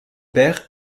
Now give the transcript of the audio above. père